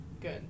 Good